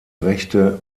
rechte